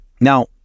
Now